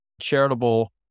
charitable